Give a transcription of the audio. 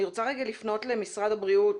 אני רוצה לפנות למשרד הבריאות.